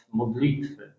modlitwy